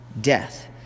death